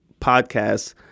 podcasts